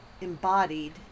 embodied